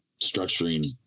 structuring